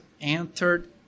entered